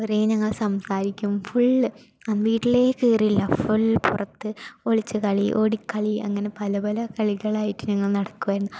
കുറേ ഞങ്ങൾ സംസാരിക്കും ഫുള്ള് അന്ന് വീട്ടിൽ കയറില്ല ഫുള്ള് പുറത്ത് ഒളിച്ചു കളി ഓടിക്കളി അങ്ങനെ പലപല കളികളായിട്ട് ഞങ്ങൾ നടക്കുമായിരുന്നു